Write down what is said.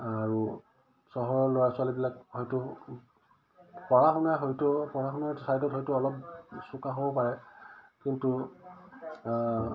আৰু চহৰৰ ল'ৰা ছোৱালীবিলাক হয়তো পঢ়া শুনা হয়তো পঢ়া শুনাৰ ছাইডত হয়তো অলপ চুকা হ'ব পাৰে কিন্তু